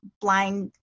blind